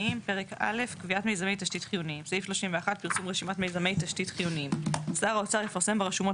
פרסום רשימת מיזמי תשתית חיוניים 31. שר האוצר יפרסם ברשומות